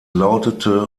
lautete